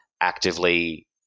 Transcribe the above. actively